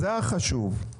זה החשוב.